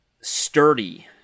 sturdy